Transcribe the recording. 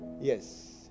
Yes